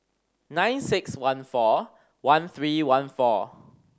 nine six one four one three one four